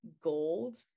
gold